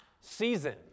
season